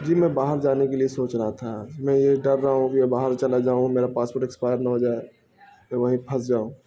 جی میں باہر جانے کے لیے سوچ رہا تھا میں یہ ڈر رہا ہوں کہ باہر چلا جاؤں میرا پاسپورٹ ایکسپائر نہ ہو جائے پھر وہیں پھنس جاؤں